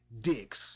dicks